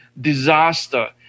disaster